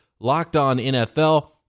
LockedOnNFL